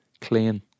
Clean